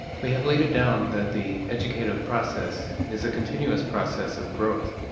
we have laid it down that the educative process is a continuous process of growth,